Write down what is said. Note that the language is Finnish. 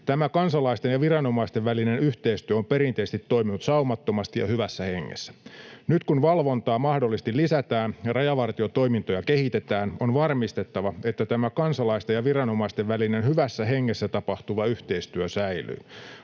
Tämä kansalaisten ja viranomaisten välinen yhteistyö on perinteisesti toiminut saumattomasti ja hyvässä hengessä. Nyt kun valvontaa mahdollisesti lisätään ja rajavartiotoimintoja kehitetään, on varmistettava, että tämä kansalaisten ja viranomaisten välinen hyvässä hengessä tapahtuva yhteistyö säilyy.